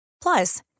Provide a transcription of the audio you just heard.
Plus